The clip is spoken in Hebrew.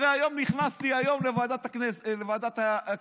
הרי היום נכנסתי לוועדת הכספים,